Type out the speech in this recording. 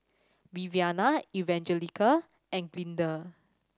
Viviana Evangelina and Glinda